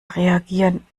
reagieren